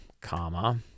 comma